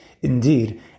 Indeed